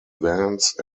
vance